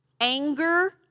anger